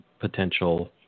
Potential